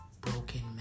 broken